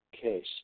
case